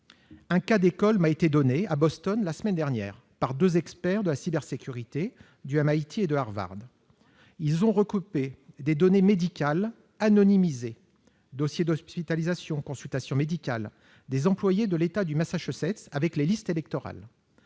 Un cas d'école m'a été exposé à Boston, la semaine dernière, par deux experts de la cybersécurité du MIT et de Harvard. Ils ont recoupé des données médicales anonymisées- dossiers d'hospitalisations, consultations médicales ... -des employés de l'État du Massachusetts avec les listes électorales.